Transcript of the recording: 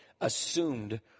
assumed